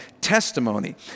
testimony